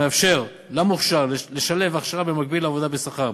מאפשר למוכשר לשלב הכשרה במקביל לעבודה בשכר.